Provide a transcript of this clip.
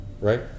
Right